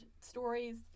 stories